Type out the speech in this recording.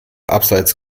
abseits